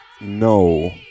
no